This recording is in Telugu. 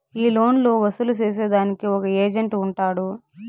ఈ లోన్లు వసూలు సేసేదానికి ఒక ఏజెంట్ ఉంటాడు